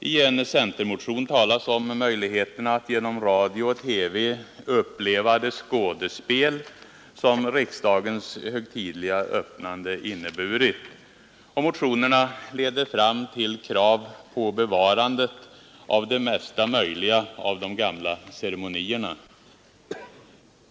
I en centermotion talas om möjligheterna att genom radio och TV uppleva det skådespel som riksdagens högtidliga öppnande inneburit. Motionerna leder fram till krav på bevarandet av det mesta möjliga av de gamla ceremonierna.